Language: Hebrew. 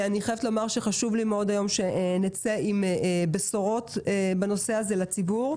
אני חייבת לומר שחשוב לי מאוד שנצא עם בשורות בנושא הזה לציבור.